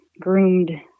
groomed